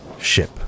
ship